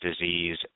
disease